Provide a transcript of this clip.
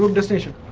um decision